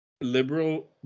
Liberal